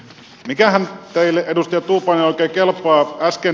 mikähän teille edustaja tuupainen oikein kelpaa